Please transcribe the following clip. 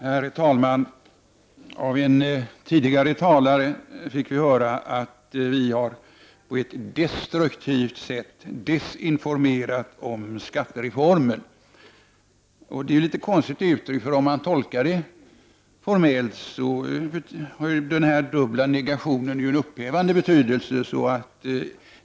Herr talman! Av en tidigare talare fick vi höra att vi på ett destruktivt sätt har desinformerat om skattereformen. Det är litet konstigt uttryckt, för om man tolkar det formellt så har den dubbla negationen ju en upphävande betydelse.